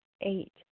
eight